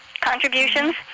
contributions